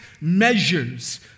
measures